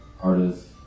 artists